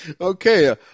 Okay